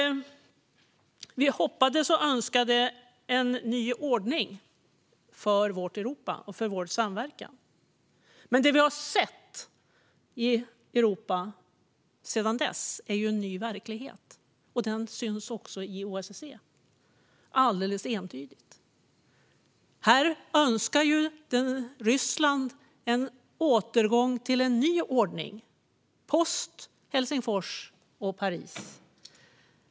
Vi önskade en ny ordning för vårt Europa och för vår samverkan. Men det vi har sett i Europa sedan dess är en ny verklighet, och den syns också i OSSE alldeles entydigt. Ryssland önskar en återgång till en annan ordning, post Helsingfors och post Paris.